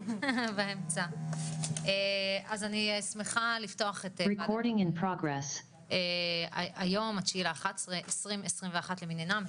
אני שמחה לפתוח את ישיבת ועדת הבריאות היום ה-9.11.2021 למניינם,